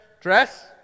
dress